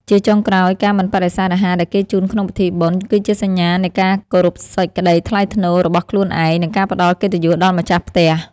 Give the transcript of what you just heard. ជាចុងក្រោយការមិនបដិសេធអាហារដែលគេជូនក្នុងពិធីបុណ្យ គឺជាសញ្ញានៃការគោរពសេចក្តីថ្លៃថ្នូររបស់ខ្លួនឯង និងការផ្តល់កិត្តិយសដល់ម្ចាស់ផ្ទះ។